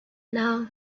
now